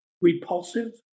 repulsive